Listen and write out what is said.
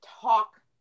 talk